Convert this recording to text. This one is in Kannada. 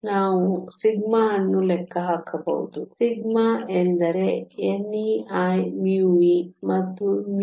ನಾವು σ ಅನ್ನು ಲೆಕ್ಕ ಹಾಕಬಹುದು σ ಎಂದರೆ ni e μe ಮತ್ತು μh